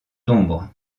d’ombre